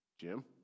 Jim